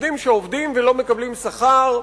עובדים שעובדים ולא מקבלים שכר.